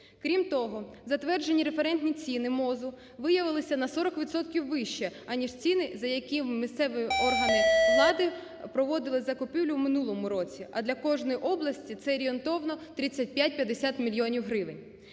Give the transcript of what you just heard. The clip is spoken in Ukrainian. Крім того, затверджені референтні ціни МОЗу виявилися на 40 відсотків вище, аніж ціни, за які місцеві органи влади проводили закупівлю у минулому році, а для кожної області це орієнтовно 35-50 мільйонів